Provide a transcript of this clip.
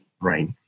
Right